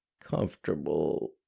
comfortable